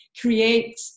create